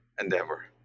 endeavor